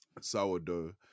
sourdough